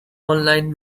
online